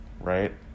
right